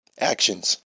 actions